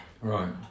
Right